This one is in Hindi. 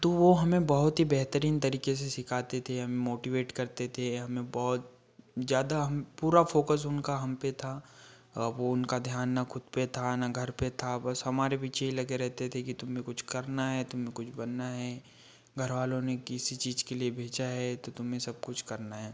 तो वो हमें बहुत ही बेहतरीन तरीक़े से सिखाते थे हम मोटिवेट करते थे हमें बहुत ज़्यादा हम पूरा फ़ोकस उनका हमपे था वो उनका ध्यान ना खुद पे था ना घर पे था बस हमारे पीछे ही लगे रहते थे कि तुम्हें कुछ करना है तुम्हें कुछ बनना है घरवालों ने किसी चीज़ के लिए भेजा है तो तुम्हें सब कुछ करना है